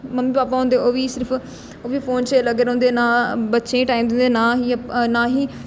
mummy papa होंदे ओह् बी सिर्फ ओह् बी फोन च गै लग्गे रौंह्दे ना बच्चें गी टाइम दिंदे नां ही अप नां ही